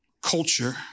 culture